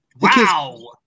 Wow